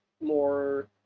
more